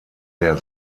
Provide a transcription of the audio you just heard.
der